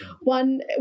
one